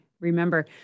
remember